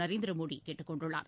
நரேந்திர மோடி கேட்டுக் கொண்டுள்ளார்